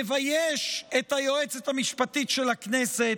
מבייש את היועצת המשפטית של הכנסת,